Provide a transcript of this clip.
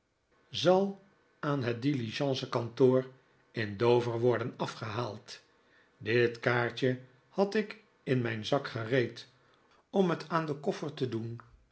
zal aan het diligencekantoor in dover wofden afgehaald dit kaartje had ik in mijn zak gereed om het aan den koffer te doen